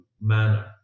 manner